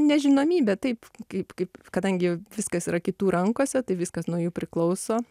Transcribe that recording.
nežinomybe taip kaip kaip kadangi viskas yra kitų rankose tai viskas nuo jų priklauso